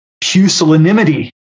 pusillanimity